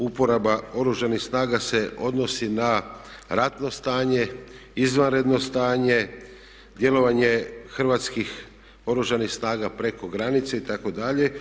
Uporaba Oružanih snaga se odnosi na ratno stanje, izvanredno stanje, djelovanje hrvatskih Oružanih snaga preko granice itd.